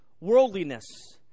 worldliness